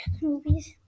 movies